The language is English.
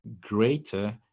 greater